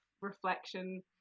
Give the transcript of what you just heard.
reflection